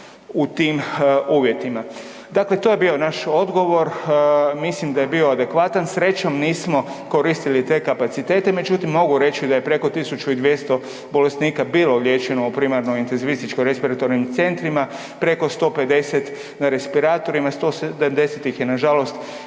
u tim uvjetima. Dakle, to je bio naš odgovor, mislim da je bio adekvatan. Srećom nismo koristili te kapacitete, međutim mogu reći da je preko 1200 bolesnika bilo liječeno u primarno intenzivističko respiratornim centrima, preko 150 na respiratorima i 170 ih je nažalost